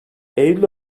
eylül